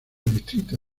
distrito